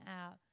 out